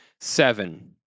Seven